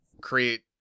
create